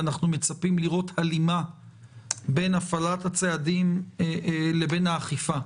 ואנחנו מצפים לראות הלימה בין הפעלת הצעדים לבין האכיפה.